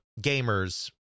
gamers